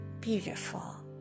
beautiful